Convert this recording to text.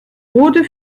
wurde